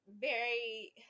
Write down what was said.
Very-